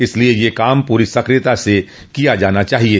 इसलिये यह कार्य पूरी सक्रियता से किया जाना चाहिये